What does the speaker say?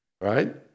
Right